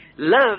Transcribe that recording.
Love